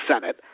Senate